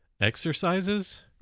exercises